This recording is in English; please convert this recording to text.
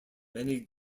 many